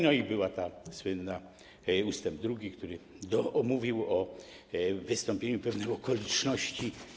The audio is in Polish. No i był słynny ust. 2, który mówił o wystąpieniu pewnych okoliczności.